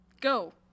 go